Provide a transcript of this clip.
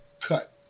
cut